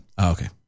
Okay